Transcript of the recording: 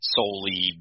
solely